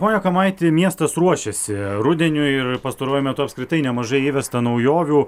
pone kamaiti miestas ruošiasi rudeniui ir pastaruoju metu apskritai nemažai įvesta naujovių